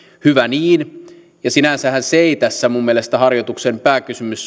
hyvä niin sinänsähän se ei tässä minun mielestäni harjoituksen pääkysymys